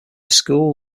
school